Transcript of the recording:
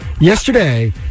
Yesterday